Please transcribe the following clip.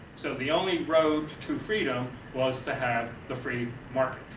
so the only road to freedom was to have the free market.